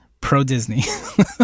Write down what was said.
pro-Disney